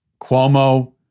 Cuomo